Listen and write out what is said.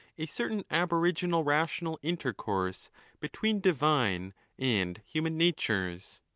a certain aboriginal rational intercourse between divine and human natures.